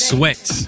Sweat